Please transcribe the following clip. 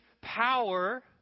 power